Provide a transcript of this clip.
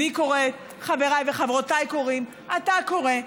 אני קוראת, חבריי וחברותיי קוראים, אתה קורא,